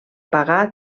pagar